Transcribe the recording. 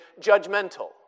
judgmental